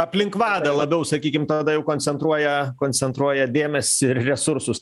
aplink vadą labiau sakykim tada jau koncentruoja koncentruoja dėmesį ir resursus